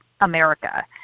America